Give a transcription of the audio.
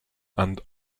and